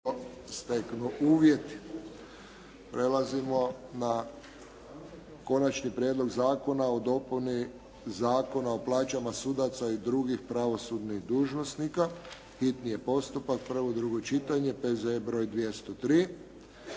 Josip (HSS)** Prelazimo na - Konačni prijedlog Zakona o dopuni Zakona o plaćama sudaca i drugih pravosudnih dužnosnika, hitni postupak, prvo i drugo čitanje, P.Z. br. 203